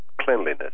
cleanliness